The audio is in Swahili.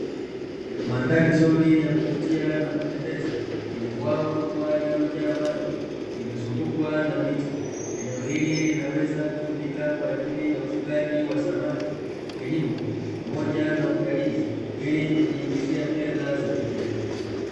Mandhari nzuri ya kuvutia na kupendeza yenye bwawa kubwa lililojaa maji limezungukwa na miti, eneo hili linaweza kutumika kwa ajili ya ufugaji wa samaki, kilimo pamoja na utalii ili kujiingizia fedha za kigeni.